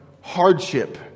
hardship